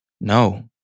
no